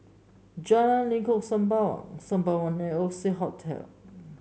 Jalan Lengkok Sembawang Sembawang and Oxley Hotel